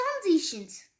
transitions